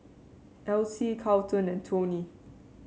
Esley Charlton and Tony